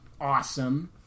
awesome